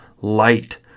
light